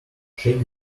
shake